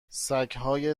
سگهای